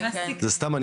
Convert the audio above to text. זה סתם.